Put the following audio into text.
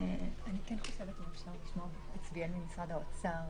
אני כן חושבת, אם אפשר לשמוע את נציגי משרד האוצר,